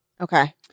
Okay